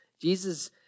Jesus